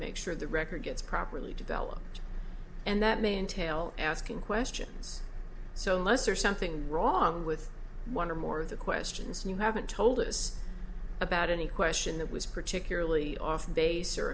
make sure the record gets properly developed and that may entail asking questions so less or something wrong with one or more of the questions you haven't told us about any question that was particularly off base or